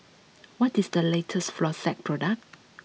what is the latest Floxia product